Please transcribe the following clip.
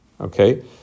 okay